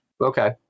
Okay